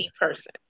person